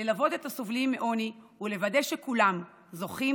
ללוות את הסובלים מעוני ולוודא שכולם זוכים